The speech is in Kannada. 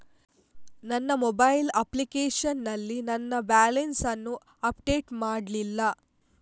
ನನ್ನ ಮೊಬೈಲ್ ಅಪ್ಲಿಕೇಶನ್ ನಲ್ಲಿ ನನ್ನ ಬ್ಯಾಲೆನ್ಸ್ ಅನ್ನು ಅಪ್ಡೇಟ್ ಮಾಡ್ಲಿಲ್ಲ